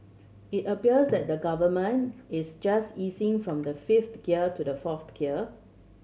it appears that the Government is just easing from the fifth gear to the fourth gear